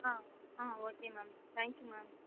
ah ah okay ma'am thank you ma'am